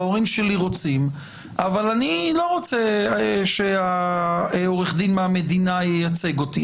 ההורים שלו רוצים אבל הוא לא רוצה שעורך הדין מהמדינה ייצג אותו.